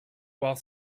while